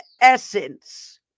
essence